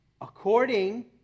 according